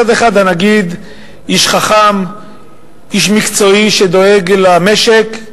מצד אחד, הנגיד איש חכם, איש מקצועי, שדואג למשק,